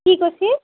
কি কৈছে